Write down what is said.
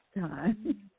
time